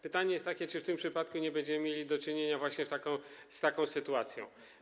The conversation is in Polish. Pytanie jest takie: Czy w tym przypadku nie będziemy mieli do czynienia właśnie z taką sytuacją?